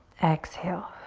exhale.